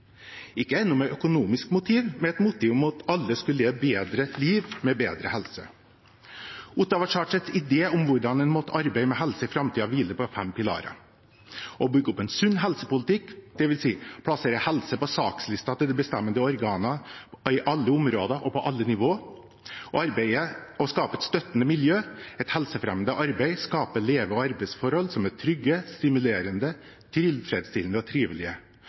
med økonomiske motiver, men med det motivet at alle skulle få et bedre liv, med bedre helse. Ottawa-charterets idé om hvordan en måtte arbeide med helse i framtiden, hviler på fem pilarer: «Å bygge opp en sunn helsepolitikk – det vil si plassere «helse» på sakslisten til de bestemmende organer på alle områder og nivåer Å skape et støttende miljø – «helsefremmende arbeid skaper leve- og arbeidsforhold som er trygge, stimulerende, tilfredsstillende og